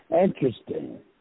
Interesting